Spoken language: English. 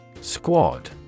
Squad